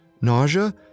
nausea